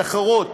את התחרות,